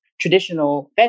traditional